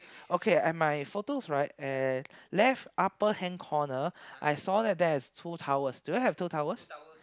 okay at my photos right at left upper hand corner I saw that there is two towels do you have two towels